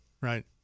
right